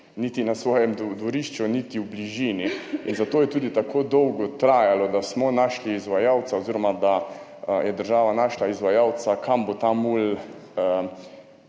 imeti na svojem dvorišču niti v bližini in zato je tudi tako dolgo trajalo, da smo našli izvajalca oziroma da je država našla izvajalca, kam bo ta mulj